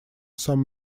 some